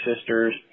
sisters